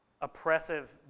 oppressive